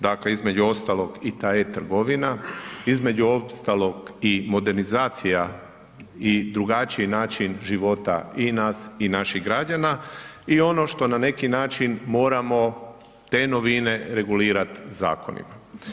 Dakle, između ostalog i ta je trgovina, između ostalog i modernizacija i drugačiji način života i nas i naših građana i ono što na neki način moramo te novine regulirat zakonima.